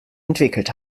entwickelt